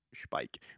spike